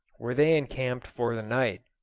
where they encamped for the night.